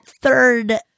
third